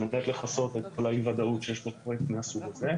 אבל על מנת לכסות את כל אי הוודאות שיש בתכנית מהסוג הזה,